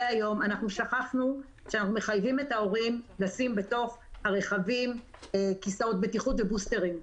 שכחנו שאנחנו מחייבים את ההורים לשים ברכבים כיסאות בטיחות ובוסטרים.